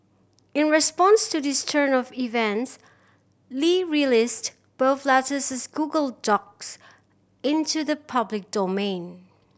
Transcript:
in response to this turn of events Li released both letters as Google Docs into the public domain